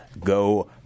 go